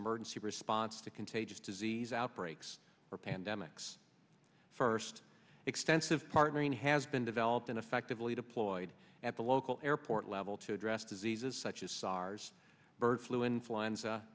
emergency response to contagious disease outbreaks or pandemics first extensive partnering has been developed in effectively deployed at the local airport level to address diseases such as sars bird flu influenza